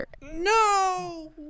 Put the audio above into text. No